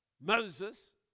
Moses